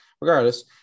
regardless